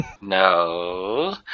no